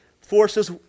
forces